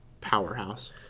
powerhouse